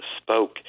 spoke